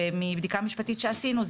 ומבדיקה משפטית שעשינו,